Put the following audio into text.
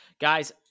guys